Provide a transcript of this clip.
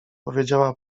powiedziała